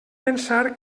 pensar